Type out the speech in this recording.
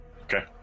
Okay